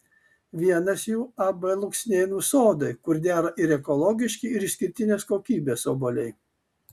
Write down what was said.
vienas jų ab luksnėnų sodai kur dera ir ekologiški ir išskirtinės kokybės obuoliai